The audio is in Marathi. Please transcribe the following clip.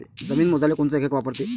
जमीन मोजाले कोनचं एकक वापरते?